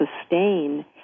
sustain